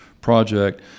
project